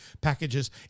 packages